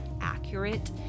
accurate